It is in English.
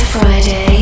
Friday